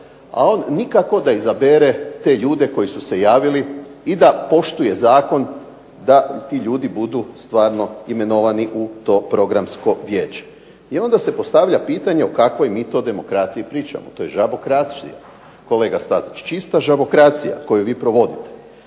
a on nikako da izabere te ljude koji su se javili i da poštuje zakon da ti ljudi budu stvarno imenovani u to Programsko vijeće. I onda se postavlja pitanje o kakvoj mi to demokraciji pričamo. To je žabokracija kolega Stazić, čista žabokracija koju vi provodite.